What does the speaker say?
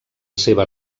seva